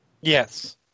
Yes